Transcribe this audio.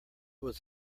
was